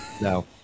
No